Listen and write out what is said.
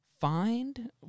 Find